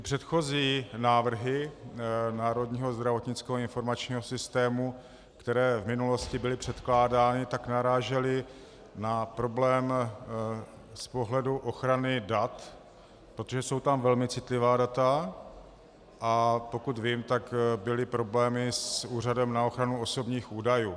Předchozí návrhy Národního zdravotnického informačního systému, které v minulosti byly předkládány, narážely na problém z pohledu ochrany dat, protože jsou tam velmi citlivá data, a pokud vím, byly problémy s Úřadem na ochranu osobních údajů.